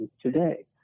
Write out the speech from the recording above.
today